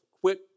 quit